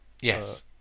Yes